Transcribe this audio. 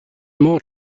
more